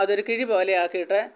അതൊരു കിഴി പോലെയാക്കിയിട്ട്